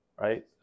right